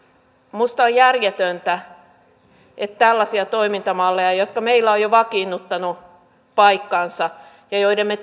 minusta on järjetöntä että tällaisia toimintamalleja jotka meillä ovat vakiinnuttaneet paikkansa ja joiden me